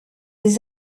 des